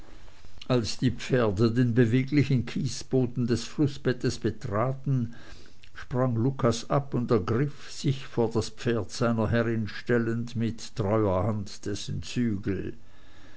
als die pferde den beweglichen kiesloden des flußbettes betraten sprang lucas ab und ergriff sich vor das pferd seiner herrin stellend mit treuer hand dessen zügel